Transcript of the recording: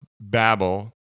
Babel